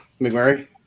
McMurray